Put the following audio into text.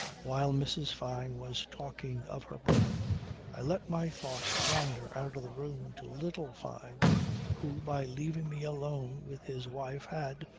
while mrs. fyne was talking of her brother i let my thoughts wander out of the room to little fyne who by leaving me alone with his wife had,